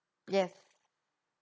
yes